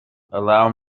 allow